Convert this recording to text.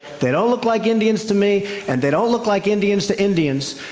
they don't look like indians to me. and they don't look like indians to indians.